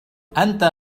أنت